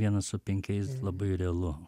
vienas su penkiais labai realu